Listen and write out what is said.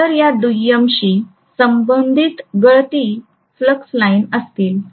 तर या दुय्यमशी संबंधित गळती फ्लक्स लाइन असतील